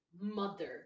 mother